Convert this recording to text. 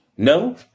No